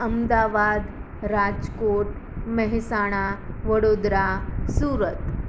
Ahmedabad Rajkot Mehsana Vadodara Surat